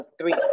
Three